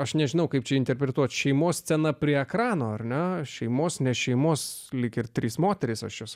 aš nežinau kaip čia interpretuoti šeimos scena prie ekrano ar ne šeimos ne šeimos lyg ir trys moterys o šios